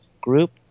group